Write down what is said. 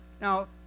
Now